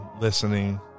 listening